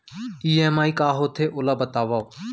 EMI का होथे, ओला बतावव